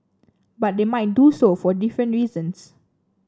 but they might do so for different reasons